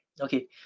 Okay